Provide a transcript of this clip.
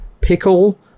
pickle